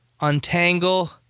untangle